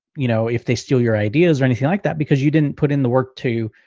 you know, if they steal your ideas or anything like that, because you didn't put in the work to,